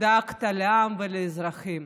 דאגת לעם ולאזרחים,